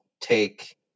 take